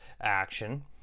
action